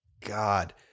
God